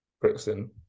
Brixton